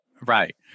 Right